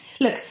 Look